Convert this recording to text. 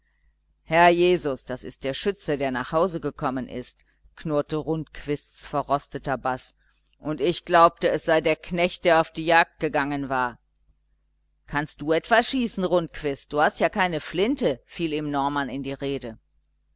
herr jesus das ist der schütze der nach hause gekommen ist knurrte rundquists verrosteter baß und ich glaubte es sei der knecht der auf die jagd gegangen war kannst du etwa schießen rundquist du hast ja keine flinte fiel ihm norman in die rede